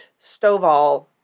Stovall